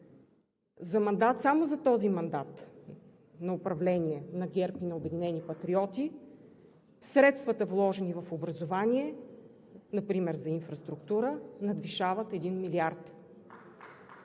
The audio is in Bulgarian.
числа. Само за този мандат на управление на ГЕРБ и на „Обединени патриоти“ средствата, вложени в образованието например за инфраструктура, надвишават един милиард.